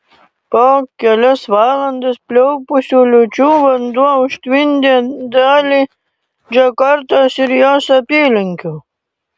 po kelias valandas pliaupusių liūčių vanduo užtvindė dalį džakartos ir jos apylinkių